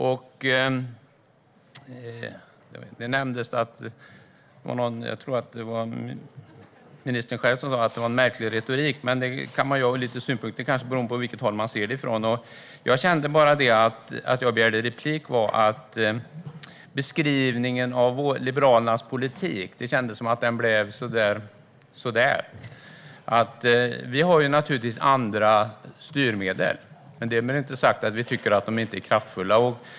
Jag tror att det var ministern själv som sa att det var en märklig retorik, men det kan man ha synpunkter på beroende på vilket håll man ser det ifrån. Anledningen till att jag begärde replik var beskrivningen av Liberalernas politik - det kändes som att den blev så där. Vi har naturligtvis andra styrmedel, men därmed inte sagt att vi inte tycker att de är kraftfulla.